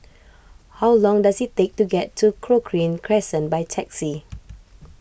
how long does it take to get to Cochrane Crescent by taxi